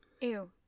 Ew